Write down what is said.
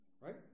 Right